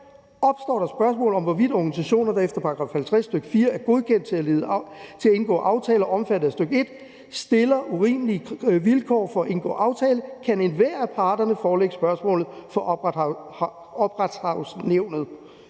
Opstår der spørgsmål om, hvorvidt organisationer, der efter § 50 stk. 4, er godkendt til at indgå aftaler omfattet af stk. 1, stiller urimelige vilkår for at indgå aftale, kan enhver af parterne forelægge spørgsmålet for Ophavsretsnævnet,